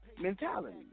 mentality